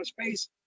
space